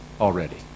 already